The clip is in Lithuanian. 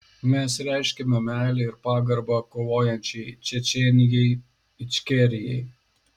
mes reiškiame meilę ir pagarbą kovojančiai čečėnijai ičkerijai